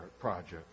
project